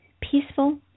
peaceful